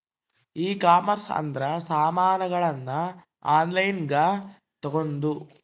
e commerce ಅಂದ್ರ ಸಾಮಾನಗಳ್ನ online ಗ ತಗೊಂದು